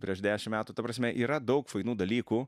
prieš dešim metų ta prasme yra daug fainų dalykų